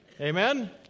Amen